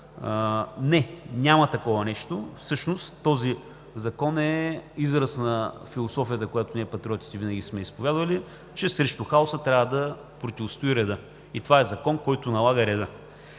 Не, няма такова нещо и всъщност законът е израз на философията, която ние, Патриотите, винаги сме изповядвали, че срещу хаоса трябва да противостои редът и това е закон, който налага реда.